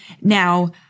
Now